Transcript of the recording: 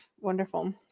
wonderful